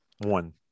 One